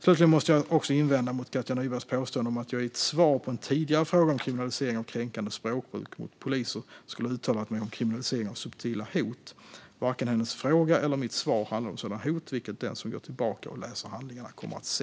Slutligen måste jag invända mot Katja Nybergs påstående om att jag i ett svar på en tidigare fråga om kriminalisering av kränkande språkbruk mot poliser skulle ha uttalat mig om kriminalisering av subtila hot. Varken hennes fråga eller mitt svar handlade om sådana hot, vilket den som går tillbaka och läser handlingarna kommer att se.